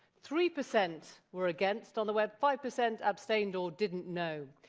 three percent were against on the web, five percent abstained or didn't know.